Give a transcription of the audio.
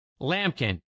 Lampkin